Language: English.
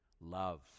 love